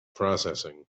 processing